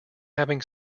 having